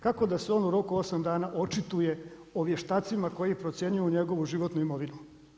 Kako da se on u roku od 8 dana očituje o vještacima koji procjenjuju njegovu životnu imovinu?